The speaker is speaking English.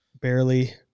Barely